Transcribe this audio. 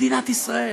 מדינת ישראל,